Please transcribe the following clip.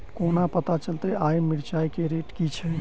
कोना पत्ता चलतै आय मिर्चाय केँ रेट की छै?